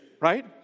right